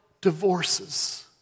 divorces